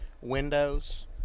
windows